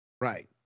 Right